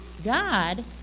God